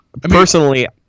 Personally